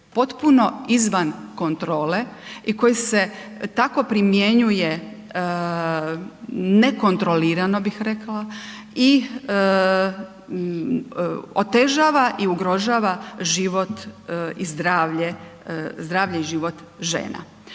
potpuno izvan kontrole i koji se tako primjenjuje nekontrolirano bih rekla i otežava i ugrožava život i zdravlje, zdravlje i život žena.